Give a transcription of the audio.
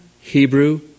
Hebrew